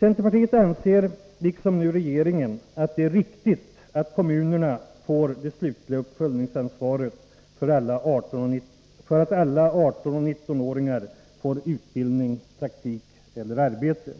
Centerpartiet anser, liksom nu regeringen, att det är viktigt att kommunerna får det slutliga uppföljningsansvaret för att alla 18-19-åringar får utbildning, praktik eller arbete.